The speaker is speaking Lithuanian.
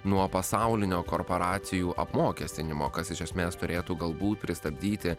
nuo pasaulinio korporacijų apmokestinimo kas iš esmės turėtų galbūt pristabdyti